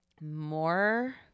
more